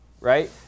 right